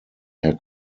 herr